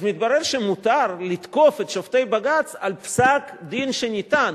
אז מתברר שמותר לתקוף את שופטי בג"ץ על פסק-דין שניתן.